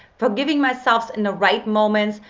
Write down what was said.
forgiving myself in the right moment.